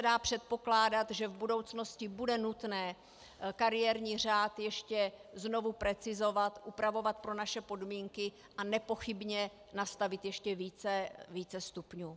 Dá se předpokládat, že v budoucnosti bude nutné kariérní řád ještě znovu precizovat, upravovat pro naše podmínky a nepochybně nastavit ještě více stupňů.